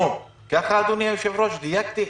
שנבחנו אדוני היושב-ראש, דייקתי?